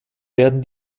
werden